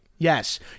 Yes